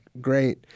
great